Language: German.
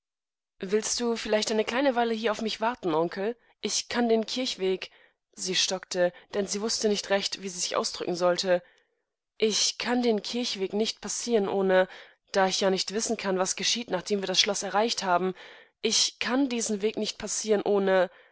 willst du vielleicht eine kleine weile hier auf mich warten onkel ich kann den kirchenwegsiestockte dennsiewußtenichtrecht wiesiesichausdrückensollte ich kann den kirchenweg nicht passieren ohne da ich ja nicht wissen kann was geschieht nachdem wir das schloß erreicht haben ich kann diesen weg nicht passieren ohneetwaszusehenzuwünschen